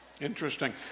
Interesting